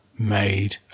Made